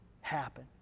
happen